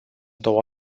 două